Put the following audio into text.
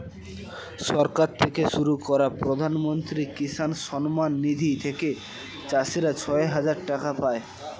সরকার থেকে শুরু করা প্রধানমন্ত্রী কিষান সম্মান নিধি থেকে চাষীরা ছয় হাজার টাকা পায়